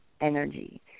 energy